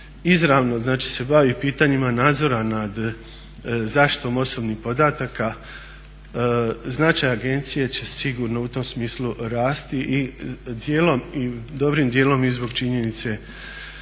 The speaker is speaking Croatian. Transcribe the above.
znači se bavi pitanjima nadzora nad zaštitom osobnih podataka, značaj agencije će sigurno u tom smislu rasti, dobrim dijelom i zbog činjenice ulaska